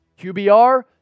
QBR